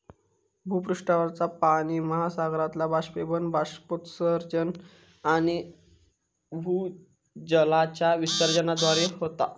भूपृष्ठावरचा पाणि महासागरातला बाष्पीभवन, बाष्पोत्सर्जन आणि भूजलाच्या विसर्जनाद्वारे होता